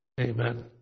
Amen